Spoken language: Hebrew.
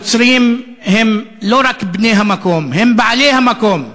הנוצרים הם לא רק בני המקום, הם בעלי המקום,